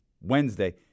Wednesday